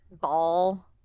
ball